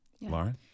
Lauren